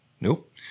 Nope